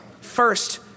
first